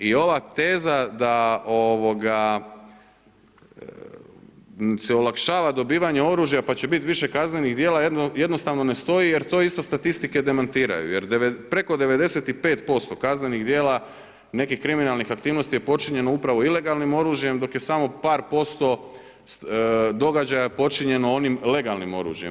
I ova teza da se olakšava dobivanje oružja, pa će biti više kaznenih djela jednostavno ne stoji jer to isto statistike demantiraju jer preko 95% kaznenih djela nekih kriminalnih aktivnosti je počinjeno upravo ilegalnim oružjem dok je samo par posto događaja počinjeno onim legalnim oružjem.